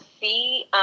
see